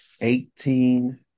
Eighteen